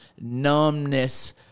numbness